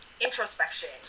introspection